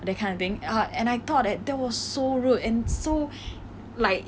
that kind of thing err and I thought that that was sore rude and so like